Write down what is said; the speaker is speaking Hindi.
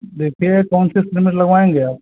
देखिए कौन सी सीमेंट लगवाएँगे आप